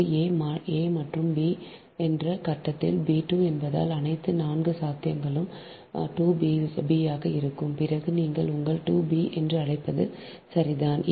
இது a மற்றும் b என்ற கட்டத்தில் b 2 என்பதால் அனைத்து 4 சாத்தியங்களும் 2 b ஆக இருக்கும் பிறகு நீங்கள் உங்கள் 2 b என்று அழைப்பது சரிதான்